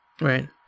right